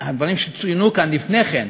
הדברים שצוינו כאן לפני כן,